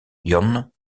jon